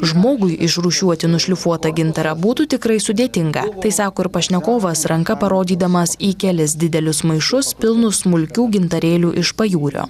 žmogui išrūšiuoti nušlifuotą gintarą būtų tikrai sudėtinga tai sako ir pašnekovas ranka parodydamas į kelis didelius maišus pilnus smulkių gintarėlių iš pajūrio